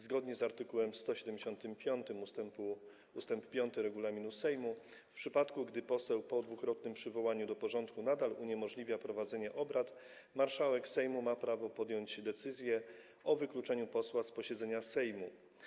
Zgodnie z art. 175 ust. 5 regulaminu Sejmu, przypadku gdy poseł po dwukrotnym przywołaniu do porządku nadal uniemożliwia prowadzenie obrad, marszałek Sejmu ma prawo podjąć decyzję o wykluczeniu posła z posiedzenia Sejmu.